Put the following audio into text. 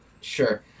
sure